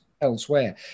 elsewhere